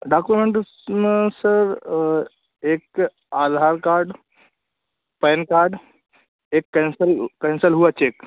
document ना sir एक Aadhaar card PAN card एक कैंसल कैंसल हुआ चेक